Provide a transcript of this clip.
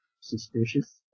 Suspicious